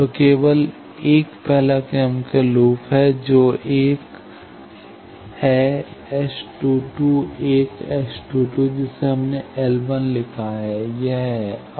तो केवल 1 पहला क्रम के लूप है जो 1 है S 22 1 S 22 जिसे हमने L लिखा है यह है